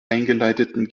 eingeleiteten